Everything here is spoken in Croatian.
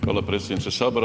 Hvala predsjedniče sabora.